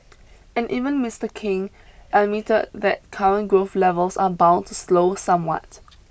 and even Mister King admitted that current growth levels are bound to slow somewhat